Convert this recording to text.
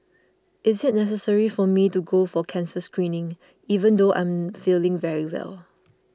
is it necessary for me to go for cancer screening even though I am feeling very well